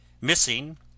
Missing